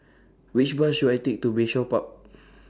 Which Bus should I Take to Bayshore Park